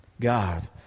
God